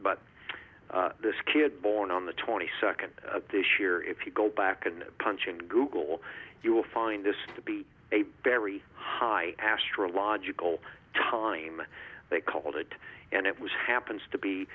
but this kid born on the twenty second of this year if you go back and punch in google you will find this to be a very high astrological time they called it and it was happens to be